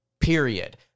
period